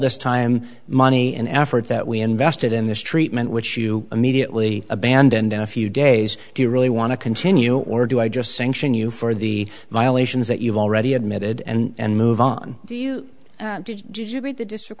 this time money and effort that we invested in this treatment which you immediately abandoned in a few days do you really want to continue or do i just sanction you for the violations that you've already admitted and move on do you did you read the district